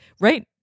right